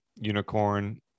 unicorn